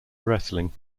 wrestling